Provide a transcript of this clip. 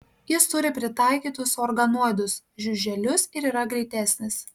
jis turi pritaikytus organoidus žiuželius ir yra greitesnis